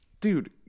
Dude